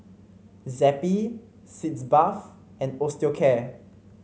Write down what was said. Zappy Sitz Bath and Osteocare